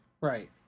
Right